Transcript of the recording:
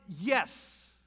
yes